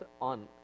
on